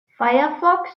firefox